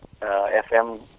FM